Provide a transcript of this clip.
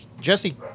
Jesse